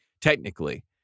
technically